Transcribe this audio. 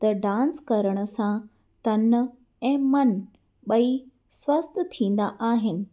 त डांस करण सां तनु ऐं मनु ॿई स्वस्थ थींदा आहिनि